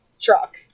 truck